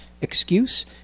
excuse